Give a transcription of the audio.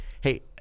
hey